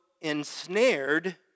ensnared